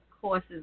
courses